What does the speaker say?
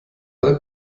alle